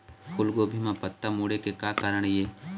फूलगोभी म पत्ता मुड़े के का कारण ये?